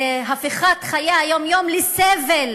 זה הפיכת חיי היום-יום לסבל